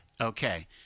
Okay